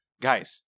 Guys